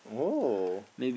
oh